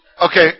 okay